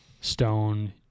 stone